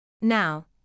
Now